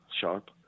Sharp